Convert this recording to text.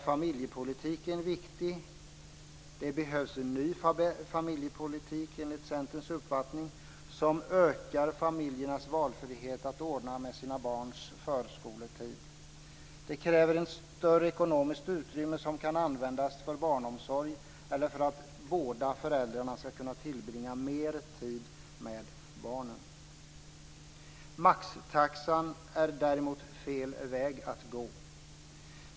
Familjepolitiken är viktig. Det behövs en ny familjepolitik, enligt Centerns uppfattning, som ökar familjernas valfrihet att ordna med sina barns förskoletid. Det kräver ett större ekonomiskt utrymme som kan användas för barnomsorg eller för att båda föräldrarna ska kunna tillbringa mer tid med barnen. Maxtaxan är däremot fel väg att gå.